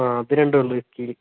ആ അതു രണ്ടുമേ ഉള്ളൂ വിസ്കിയില്